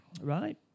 Right